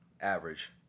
average